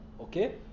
okay